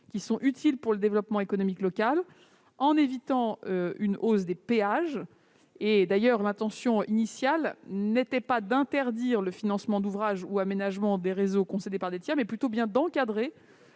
utiles au développement économique local, tout en évitant une hausse des péages. L'intention initiale n'était pas d'interdire le financement d'ouvrages ou d'aménagements des réseaux concédés par des tiers, mais plutôt d'encadrer